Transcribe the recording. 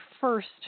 first